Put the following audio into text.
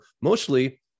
mostly